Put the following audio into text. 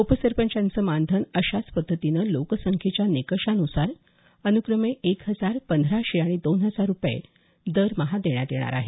उपसरपंचांचं मानधन अशाच पद्धतीनं लोकसंख्येच्या निकषानुसार अनुक्रमे एक हजार पंधराशे आणि दोन हजार रूपये दरमहा देण्यात येणार आहे